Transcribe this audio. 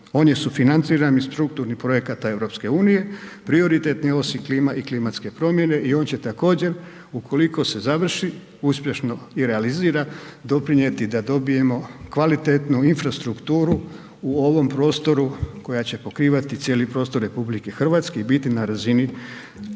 on je sufinanciran iz strukturnih projekata EU prioritetne osi Klima i klimatske promjene i on će također ukoliko se završi uspješno i realizira doprinijeti da dobijemo kvalitetnu infrastrukturu u ovom prostoru koja će pokrivati cijeli prostor RH i biti na razini